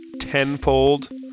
tenfold